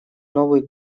новый